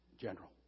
General